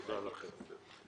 תודה לכם.